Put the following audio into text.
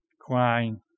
crying